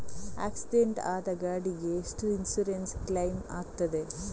Accident ಆದ ಗಾಡಿಗೆ ಎಷ್ಟು ಇನ್ಸೂರೆನ್ಸ್ ಕ್ಲೇಮ್ ಆಗ್ತದೆ?